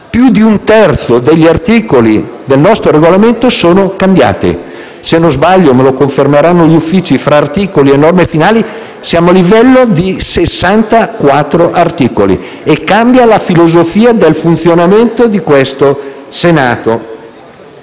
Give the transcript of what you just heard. più di un terzo degli articoli del nostro Regolamento sono cambiati. Se non sbaglio, come potranno confermarmi gli Uffici, fra articoli e norme finali, siamo a livello di 64 articoli, cambiando la filosofia del funzionamento del Senato.